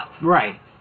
Right